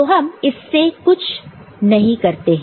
तो हम इससे कुछ नहीं करते हैं